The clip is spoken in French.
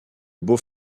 beau